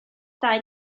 dau